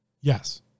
Yes